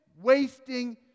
wasting